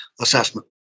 assessment